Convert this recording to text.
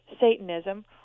Satanism